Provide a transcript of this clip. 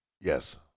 Yes